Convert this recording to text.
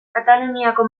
kataluniako